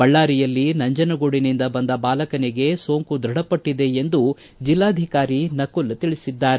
ಬಳ್ಳಾರಿಯಲ್ಲಿ ನಂಜನಗೂಡಿನಿಂದ ಬಂದ ಬಾಲಕನಿಗೆ ಸೋಂಕು ಧೃಢಪಟ್ಟಿದೆ ಎಂದು ಜಿಲ್ಲಾಧಿಕಾರಿ ನಕುಲ್ ತಿಳಿಸಿದ್ದಾರೆ